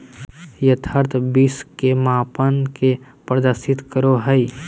यथार्थ विश्व के मापन के प्रदर्शित करो हइ